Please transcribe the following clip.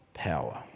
Power